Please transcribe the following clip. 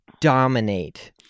dominate